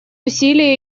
усилия